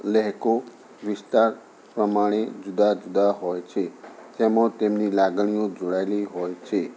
લહેકો વિસ્તાર પ્રમાણે જુદા જુદા હોય છે તેમાં તેમની લાગણીઓ જોડાયેલી હોય છે